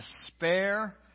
despair